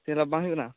ᱪᱮᱫ ᱞᱟᱵᱷ ᱵᱟᱝ ᱦᱩᱭᱩᱜ ᱠᱟᱱᱟ